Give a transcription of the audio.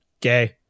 gay